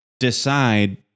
decide